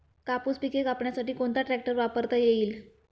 कापूस पिके कापण्यासाठी कोणता ट्रॅक्टर वापरता येईल?